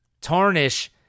tarnish